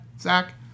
Zach